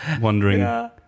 Wondering